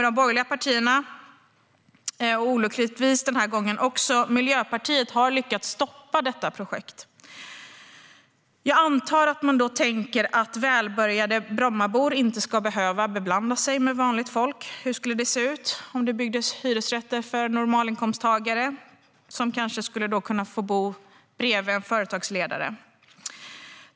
De borgerliga partierna och olyckligtvis också Miljöpartiet har lyckats stoppa detta projekt. Jag antar att man tänker att välbärgade Brommabor inte ska behöva beblanda sig med vanligt folk. Hur skulle det se ut om det byggdes hyresrätter för normalinkomsttagare, som då kanske skulle kunna få bo bredvid en företagsledare?